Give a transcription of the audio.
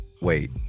wait